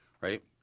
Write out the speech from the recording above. right